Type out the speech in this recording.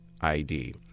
ID